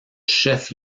chef